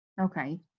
Okay